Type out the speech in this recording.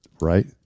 Right